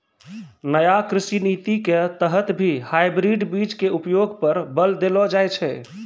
नया कृषि नीति के तहत भी हाइब्रिड बीज के उपयोग पर बल देलो जाय छै